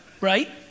right